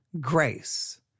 grace